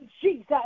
Jesus